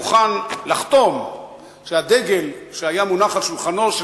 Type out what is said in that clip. מוכן לחתום שהדגל שהיה מונח על שולחנו של